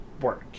work